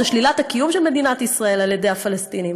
זה שלילת הקיום של מדינת ישראל על-ידי הפלסטינים,